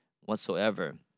whatsoever